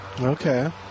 Okay